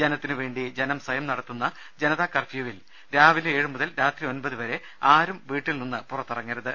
ജനത്തിനുവേണ്ടി ജനം സ്വയം നടത്തുന്ന ജനതാ കർഫ്യൂവിൽ രാവിലെ ഏഴ് മുതൽ രാത്രി ഒൻപത് വരെ ആരും വീട്ടിൽ നിന്ന് പുറത്തിറങ്ങരുത്